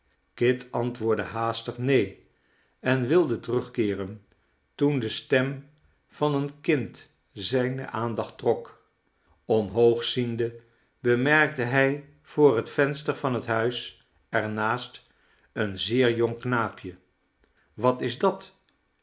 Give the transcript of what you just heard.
kit antwoordde haastig neen en wilde terugkeeren toen de stem van een kind zijne aandacht trok omhoog ziende bemerkte hij voor het venster van het huis er naast een zeer jong knaapje wat is dat